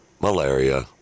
malaria